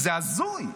זה הזוי.